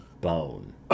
bone